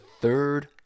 third